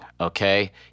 okay